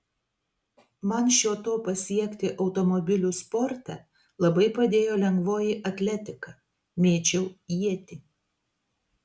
man šio to pasiekti automobilių sporte labai padėjo lengvoji atletika mėčiau ietį